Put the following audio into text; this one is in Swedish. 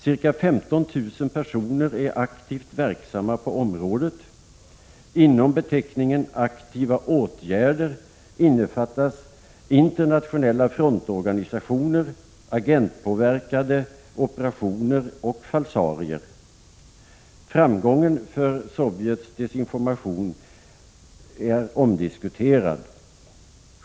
Ca 15 000 personer är aktivt verksamma på området. I beteckningen ”aktiva åtgärder” innefattas internationella frontorganisationer, agentpåverkade operationer och falsarier. Framgången för Sovjets desinformation är omdiskuterad.